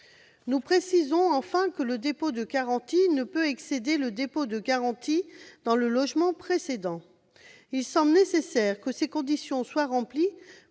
Nous précisons enfin que le dépôt de garantie ne peut excéder celui du logement précédent. Il semble nécessaire que ces conditions soient remplies